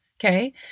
Okay